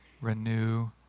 renew